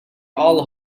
all